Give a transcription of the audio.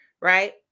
right